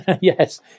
yes